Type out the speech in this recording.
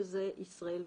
שזה ישראל ושווייץ.